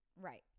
Right